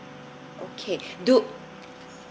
okay do